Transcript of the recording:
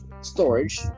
storage